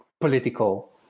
political